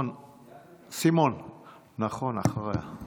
סימון, נכון, אחריה.